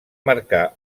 marcar